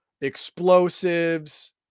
explosives